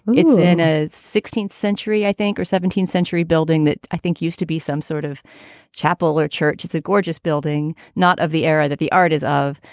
it's in a sixteenth century, i think, or seventeenth century building that i think used to be some sort of chapel or church is a gorgeous building, not of the era that the art is of.